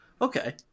okay